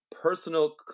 personal